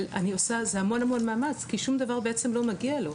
זה המון מאמץ כי שום דבר בעצם לא מגיע לו.